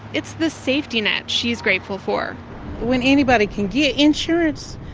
it's the safety net she's grateful for when anybody can get insurance,